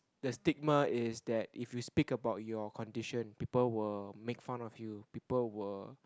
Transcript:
the stigma is that if you speak about your condition people will make fun of you people will